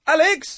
Alex